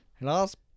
Last